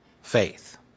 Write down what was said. faith